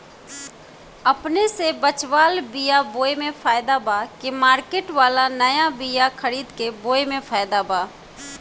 अपने से बचवाल बीया बोये मे फायदा बा की मार्केट वाला नया बीया खरीद के बोये मे फायदा बा?